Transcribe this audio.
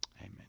Amen